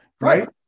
Right